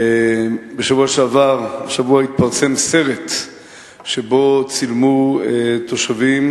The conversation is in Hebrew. השבוע התפרסם סרט שבו צילמו תושבים